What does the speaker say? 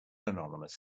anonymous